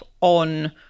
on